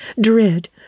Dread